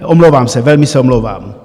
Omlouvám se, velmi se omlouvám.